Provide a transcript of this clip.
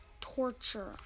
torture